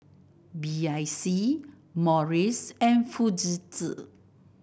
B I C Morries and Fujitsu